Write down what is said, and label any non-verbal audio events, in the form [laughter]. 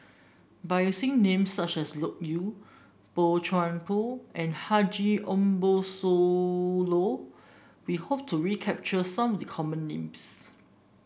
by using names such as Loke Yew Boey Chuan Poh and Haji Ambo Sooloh we hope to [unintelligible] capture some of the common names